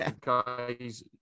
Guys